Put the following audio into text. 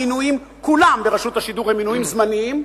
המינויים ברשות השידור כולם מינויים זמניים,